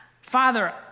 Father